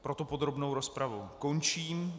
Proto podrobnou rozpravu končím.